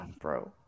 bro